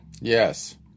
Yes